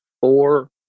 four